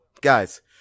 guys